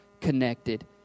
connected